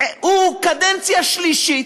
הוא קדנציה שלישית,